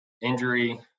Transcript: injury